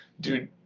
Dude